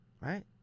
right